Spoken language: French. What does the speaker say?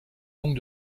longue